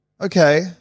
Okay